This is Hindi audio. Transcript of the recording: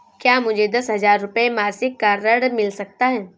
क्या मुझे दस हजार रुपये मासिक का ऋण मिल सकता है?